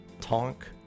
Tonk